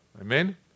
Amen